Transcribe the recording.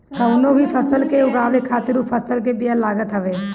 कवनो भी फसल के उगावे खातिर उ फसल के बिया लागत हवे